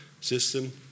system